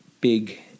big